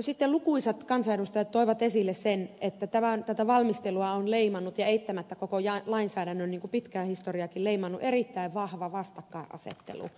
sitten lukuisat kansanedustajat toivat esille sen että tätä valmistelua on leimannut ja eittämättä koko lainsäädännön pitkää historiaakin on leimannut erittäin vahva vastakkainasettelu